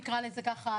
נקרא לזה ככה,